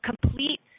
complete